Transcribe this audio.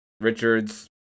Richards